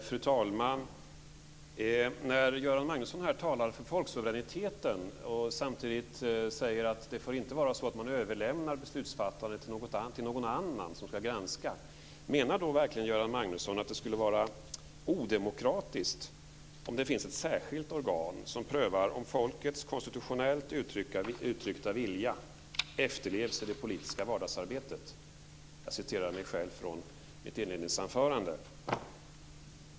Fru talman! Göran Magnusson talar här för folksuveräniteten. Han säger samtidigt att det inte får vara så att man överlämnar beslutsfattandet till någon annan, som ska granska. Menar verkligen Göran Magnusson att det skulle vara odemokratiskt om det fanns ett särskilt organ som prövar om folkets konstitutionellt uttryckta vilja efterlevs i det politiska vardagsarbetet? Jag återger vad jag själv sade i mitt inledningsanförande.